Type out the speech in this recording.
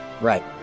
Right